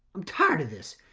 i'm tired of this,